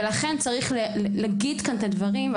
לכן יש לומר את הדברים.